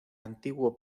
antiguo